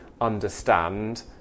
understand